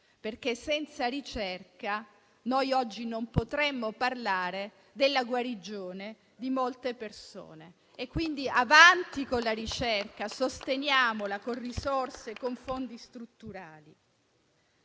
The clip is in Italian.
perché senza di essa oggi non potremmo parlare della guarigione di molte persone, quindi andiamo avanti con la ricerca, sosteniamola con risorse e con fondi strutturali.